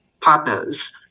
partners